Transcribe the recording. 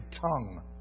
tongue